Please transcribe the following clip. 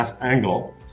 angle